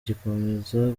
gikomeza